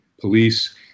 police